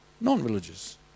non-religious